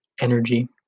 energy